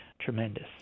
tremendous